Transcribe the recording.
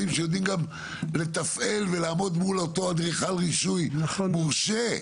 שיודעים גם לתפעל ולעמוד מול אותו אדריכל רישוי מורשה.